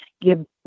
give